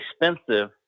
expensive